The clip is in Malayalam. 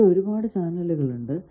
ഇവിടെ ഒരുപാടു ചാനലുകൾ ഉണ്ട്